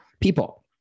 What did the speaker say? people